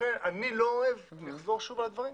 לכן אני אחזור שוב על הדברים,